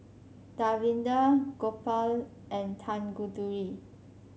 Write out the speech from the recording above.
Davinder Gopal and Tanguturi